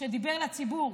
שדיבר אל הציבור.